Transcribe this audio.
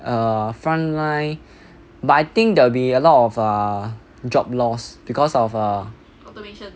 err front line but I think there will be a lot of ah job loss because of a